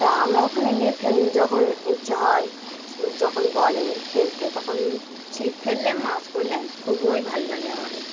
তা আমরা ওখানে গিয়ে ফেলি যখন ইচ্ছা হয় যখন বলে ফেলতে তখন ছিপ ফেললে মাছ পড়লে খুবই ভালো লাগে আমাদের